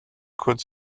could